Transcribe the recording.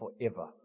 forever